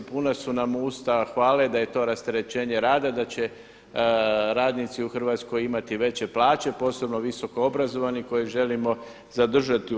Puna su nam usta hvale da je to rasterećenje rada, da će radnici u Hrvatskoj imati veće plaće posebno visokoobrazovanih koje želimo zadržati u RH.